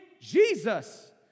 Jesus